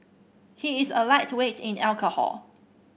he is a lightweight in alcohol